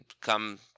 Come